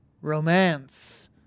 Romance